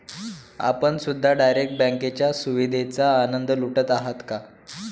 आपण सुद्धा डायरेक्ट बँकेच्या सुविधेचा आनंद लुटत आहात का?